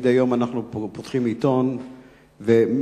מדי יום אנחנו פותחים עיתון ונתקלים